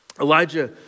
Elijah